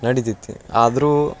ನಡಿತಿತಿ ಆದರೂ